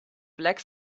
black